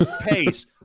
pace